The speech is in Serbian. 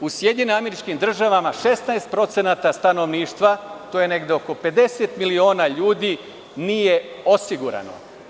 U SAD 16% stanovništva, to je negde oko 50 miliona ljudi nije osigurano.